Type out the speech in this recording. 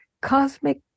cosmic